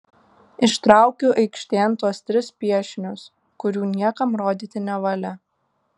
ištraukiu aikštėn tuos tris piešinius kurių niekam rodyti nevalia